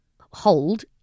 hold